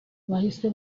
bahise